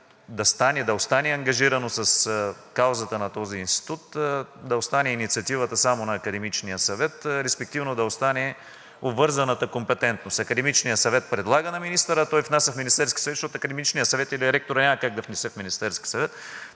да стане ангажирано с каузата на този институт да остане инициативата само на академичния съвет, респективно да остане обвързаната компетентност. Академичният съвет предлага на министъра, а той внася в Министерския съвет, защото академичният съвет или ректорът няма как да внесе в Министерския съвет.